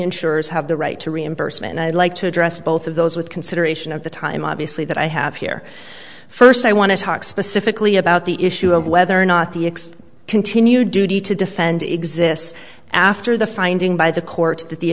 insurers have the right to reimbursement i'd like to address both of those with consideration of the time obviously that i have here first i want to talk specifically about the issue of whether or not the ex continued duty to defend exists after the finding by the court that the